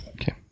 Okay